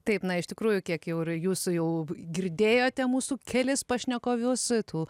taip na iš tikrųjų kiek jau ir jūsų jau girdėjote mūsų kelis pašnekovus tų